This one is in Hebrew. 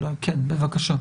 כן, בבקשה.